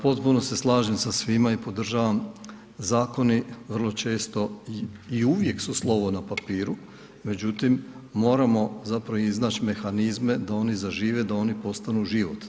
Potpuno se slažem sa svima i podržavam, zakoni vrlo često i uvijek su slovo na papiru, međutim, moramo zapravo iznaći mehanizme, da oni zažive, da oni postanu život.